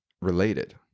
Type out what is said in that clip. related